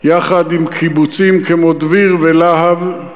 יחד עם קיבוצים כמו דביר ולהב,